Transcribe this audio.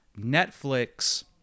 Netflix